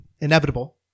inevitable